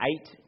Eight